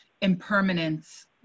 impermanence